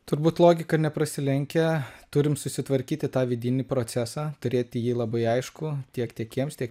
turbūt logika neprasilenkia turim susitvarkyti tą vidinį procesą turėti jį labai aiškų tiek tiekėjams tiek